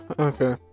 Okay